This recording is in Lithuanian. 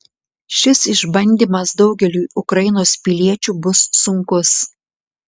šis išbandymas daugeliui ukrainos piliečių bus sunkus